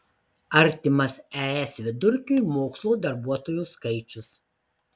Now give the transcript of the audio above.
artimas es vidurkiui mokslo darbuotojų skaičius